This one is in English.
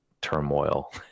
turmoil